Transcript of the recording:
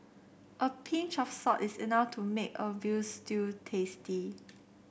a pinch of salt is enough to make a veal stew tasty